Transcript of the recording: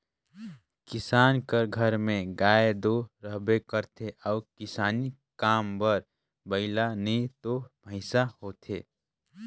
किसान कर घर में गाय दो रहबे करथे अउ किसानी काम बर बइला नी तो भंइसा होथे